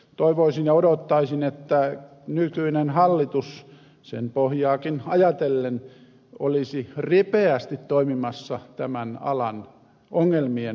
toivoisin ja odottaisin että nykyinen hallitus sen pohjaakin ajatellen olisi ripeästi toimimassa tämän alan ongelmien ratkaisemiseksi